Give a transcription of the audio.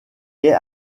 est